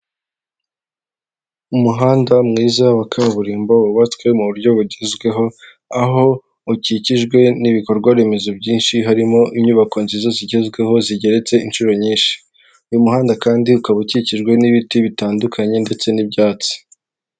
Umuhanda mwiza wa kaburimbo wubatswe mu buryo bugezweho ,aho ukikijwe n'ibikorwaremezo byinshi harimo inyubako nziza zigezweho zigeretse inshuro nyinshi. Uyu muhanda kandi ukaba ukikijwe n'ibiti bitandukanye ndetse n'ibyatsi.